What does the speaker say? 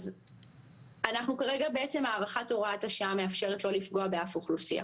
אז אנחנו כרגע בעצם הארכת הוראת השעה מאפשרת לא לפגוע באף אוכלוסייה